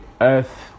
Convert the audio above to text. earth